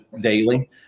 daily